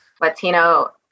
Latino